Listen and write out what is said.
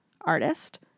artist